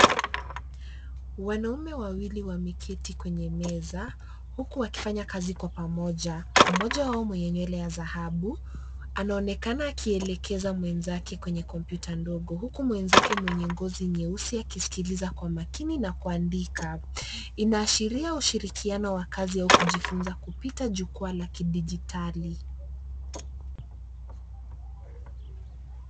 Wanaume wawili wameketi kwenye meza huku wakifanya kazi kwa pamoja, mmoja wao mwenye nywele za dhahabu anaonekana akielekeza mwenzake kwenye kompyuta ndogo huku mwezanke mwenye ngozi nyeusi akisikiliza kwa makini na kuandika. Inaashiria ushirikiano wa kazi au kujifunza kupita jukwa la kidijitali.